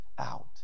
out